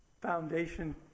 foundation